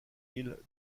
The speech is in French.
île